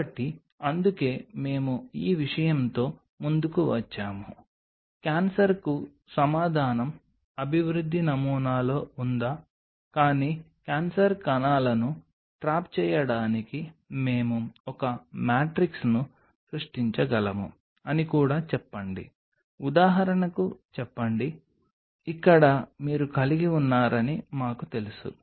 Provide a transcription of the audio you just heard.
కాబట్టి అందుకే మేము ఈ విషయంతో ముందుకు వచ్చాము క్యాన్సర్కు సమాధానం అభివృద్ధి నమూనాలో ఉందా కానీ క్యాన్సర్ కణాలను ట్రాప్ చేయడానికి మేము ఒక మాట్రిక్స్ ను సృష్టించగలము అని కూడా చెప్పండి ఉదాహరణకు చెప్పండి ఇక్కడ మీరు కలిగి ఉన్నారని మాకు తెలుసు